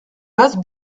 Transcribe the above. basses